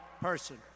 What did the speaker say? person